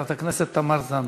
חברת הכנסת תמר זנדברג.